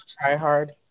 try-hard